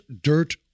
dirt